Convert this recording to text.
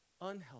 unhealthy